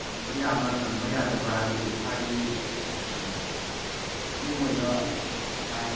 ꯇꯝꯕ ꯌꯥꯕꯔ ꯌꯝꯕ ꯌꯥꯗꯕꯔ ꯍꯥꯏꯕꯗꯨ ꯏꯁꯥꯒꯤ ꯃꯔꯨꯑꯣꯏꯕ ꯂꯥꯏꯐ